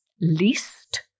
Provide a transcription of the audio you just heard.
least